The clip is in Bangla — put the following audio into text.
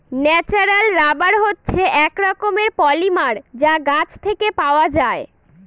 ন্যাচারাল রাবার হচ্ছে এক রকমের পলিমার যা গাছ থেকে পাওয়া যায়